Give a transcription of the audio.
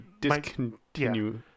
discontinue